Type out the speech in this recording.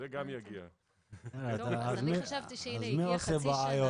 חשבתי שהנה הגיעה חצי שנה -- אז מי עושה בעיות,